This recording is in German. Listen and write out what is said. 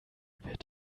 wird